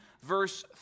verse